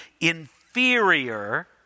inferior